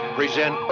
present